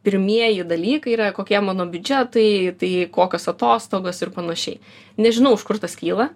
pirmieji dalykai yra kokie mano biudžetai tai kokios atostogos ir panašiai nežinau iš kur tas kyla